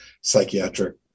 psychiatric